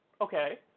okay